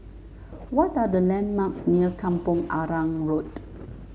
what are the landmarks near Kampong Arang Road